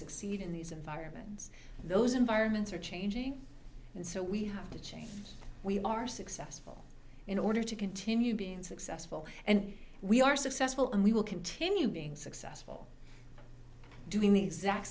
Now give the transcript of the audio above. succeed in these environments those environments are changing and so we have to change we are successful in order to continue being successful and we are successful and we will continue being successful doing the exact